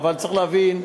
אבל צריך להבין,